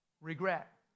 Regret